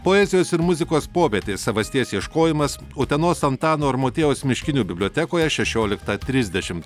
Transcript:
poezijos ir muzikos popietė savasties ieškojimas utenos antano ir motiejaus miškinių bibliotekoje šešioliktą trisdešimt